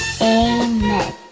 Amen